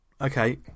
Okay